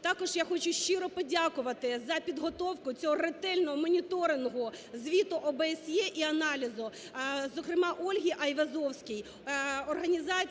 Також я хочу щиро подякувати за підготовку цього ретельного моніторингу, звіту ОБСЄ і аналізу, зокрема, Ользі Айвазовській, організації